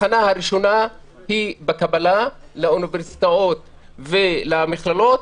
התחנה הראשונה היא בקבלה לאוניברסיטאות ולמכללות.